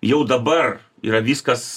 jau dabar yra viskas